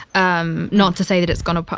um not to say that it's gone, ah